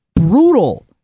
brutal